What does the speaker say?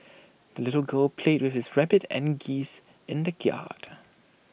the little girl played with his rabbit and geese in the yard